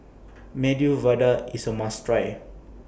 Medu Vada IS A must Try